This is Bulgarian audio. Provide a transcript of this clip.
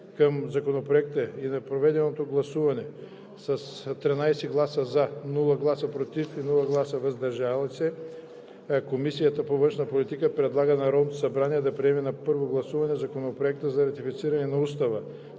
към Законопроекта и на проведеното гласуване с 13 гласа „за“, без гласове „против“ и „въздържал се“ Комисията по външна политика предлага на Народното събрание да приеме на първо гласуване Законопроект за ратифициране на Устава